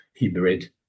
hybrid